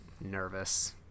nervous